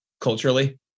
culturally